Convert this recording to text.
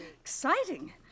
Exciting